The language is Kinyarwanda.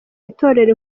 itorero